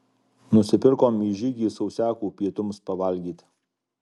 nusipirkom į žygį sausiakų pietums pavalgyti